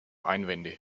einwände